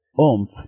oomph